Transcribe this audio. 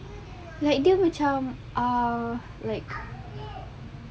like dia macam ah like